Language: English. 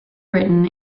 written